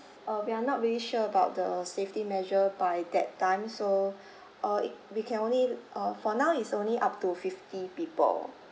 err we're not really sure about the safety measure by that time so err it we can only err for now it's only up to fifty people